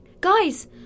Guys